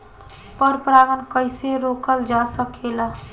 पर परागन कइसे रोकल जा सकेला?